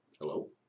Hello